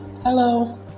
Hello